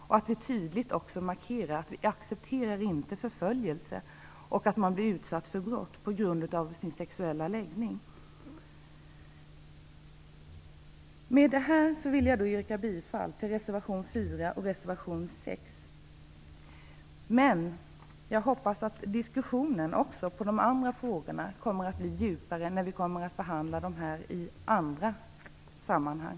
Vi måste också tydligt markera att vi inte accepterar att man utsätts för förföljelse och brott på grund av sin sexuella läggning. Med detta vill jag yrka bifall till reservationerna 4 och 6. Men jag hoppas att diskussionen också i de övriga frågorna blir djupare när vi behandlar dem här i andra sammanhang.